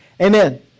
amen